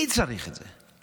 מי צריך את זה?